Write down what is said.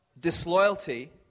disloyalty